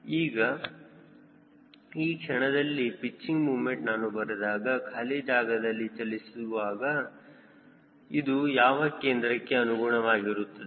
ಈಗ ಈ ಕ್ಷಣದಲ್ಲಿ ಪಿಚ್ಚಿಂಗ್ ಮೂಮೆಂಟ್ ನಾನು ಬರೆದಾಗ ಖಾಲಿ ಜಾಗದಲ್ಲಿ ಚಲಿಸುವಾಗ ಇದು ಯಾವ ಕೇಂದ್ರಕ್ಕೆ ಅನುಗುಣವಾಗಿರುತ್ತದೆ